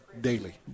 daily